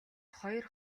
хоёр